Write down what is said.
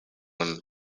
and